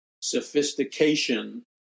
sophistication